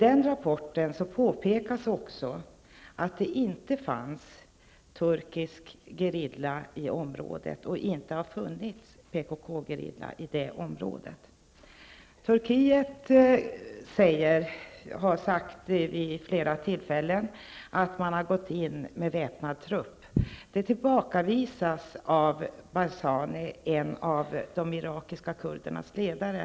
I FN-rapporten påpekas också att det inte finns turkisk gerilla i området och inte heller har funnits PKK-gerilla i området. Turkiet har vid flera tillfällen sagt att man har gått in med väpnad trupp. Detta tillbakavisas av Barzani, en av de irakiska kurdernas ledare.